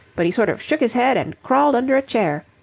but he sort of shook his head and crawled under a chair.